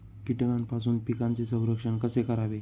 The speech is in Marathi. कीटकांपासून पिकांचे संरक्षण कसे करावे?